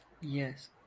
Yes